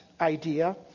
idea